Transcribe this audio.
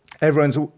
everyone's